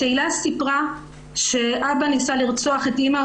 שסיפרה שאבא ניסה לרצוח את אימא,